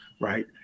right